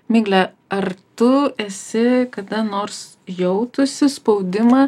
migle ar tu esi kada nors jautusi spaudimą